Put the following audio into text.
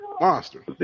monster